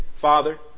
Father